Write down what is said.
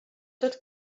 tot